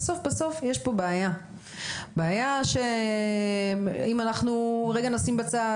בסופו של דבר יש פה בעיה והבעיה היא שאם אנחנו לרגע נשים בצד